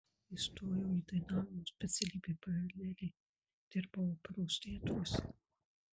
įstojau į dainavimo specialybę paraleliai dirbau operos teatruose